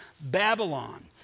Babylon